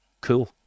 cool